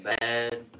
bad